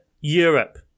Europe